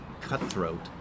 cutthroat